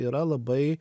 yra labai